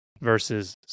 versus